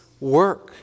work